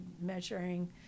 measuring